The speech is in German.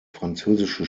französische